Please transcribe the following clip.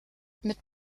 mit